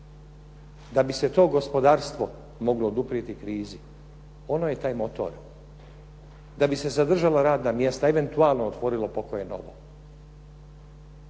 da bi se to gospodarstvo moglo oduprijeti krizi, ono je taj motor. Da bi se zadržala radna mjesta, eventualno otvorilo pokoje novo.